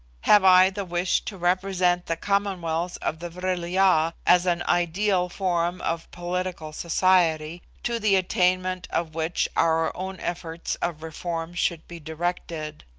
have i the wish to represent the commonwealths of the vril-ya as an ideal form of political society, to the attainment of which our own efforts of reform should be directed.